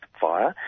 fire